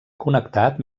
connectat